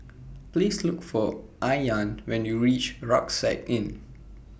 Please Look For Ayaan when YOU REACH Rucksack Inn